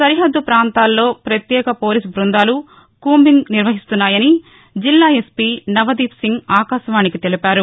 సరిహద్గ ప్రాంతాల్లో పత్యేక పోలీస్ బ్బందాలు కూంబింగ్ నిర్వహిస్తున్నాయని జిల్లా ఎస్పీ నవదీప్ సింగ్ ఆకాశవాణికి తెలిపారు